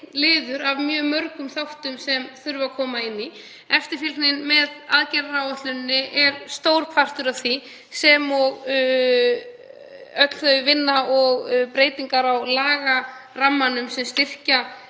liður af mjög mörgum þáttum sem þurfa að koma inn. Eftirfylgni með aðgerðaáætluninni er stór partur af því sem og öll sú vinna og breytingar á lagarammanum sem styrkja